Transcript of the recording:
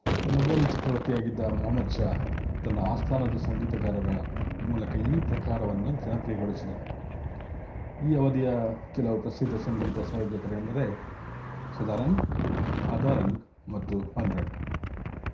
ಮೊಘಲ್ ಚಕ್ರವರ್ತಿಯಾಗಿದ್ದ ಮೊಹಮ್ಮದ್ ಶಾ ತನ್ನ ಆಸ್ಥಾನದ ಸಂಗೀತಗಾರರ ಮೂಲಕ ಈ ಪ್ರಕಾರವನ್ನು ಜನಪ್ರಿಯಗೊಳಿಸಿದನು ಈ ಅವಧಿಯ ಕೆಲವು ಪ್ರಸಿದ್ಧ ಸಂಗೀತ ಸಂಯೋಜಕರೆಂದರೆ ಸದಾರಂಗ್ ಅದಾರಂಗ್ ಮತ್ತು ಮನ್ರಂಗ್